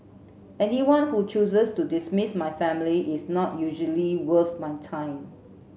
anyone who chooses to dismiss my family is not usually worth my time